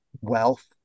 wealth